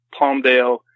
Palmdale